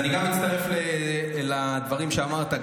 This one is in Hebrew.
אני גם אצטרף לדברים שאמרת,